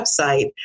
website